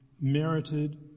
merited